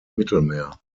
mittelmeer